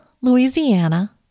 Louisiana